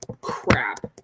crap